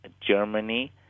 Germany